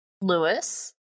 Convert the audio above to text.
Lewis